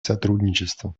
сотрудничества